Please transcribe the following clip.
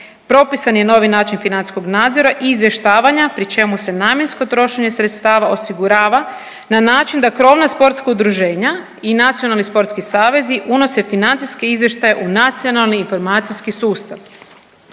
Propisan je novi način financijskog nadzora, izvještavanja pri čemu se namjensko trošenje sredstava osigurava na način da krovna sportska udruženja i nacionalni sportski savezi unose financijski izvještaj u nacionalni informacijski sustav.